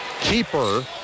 Keeper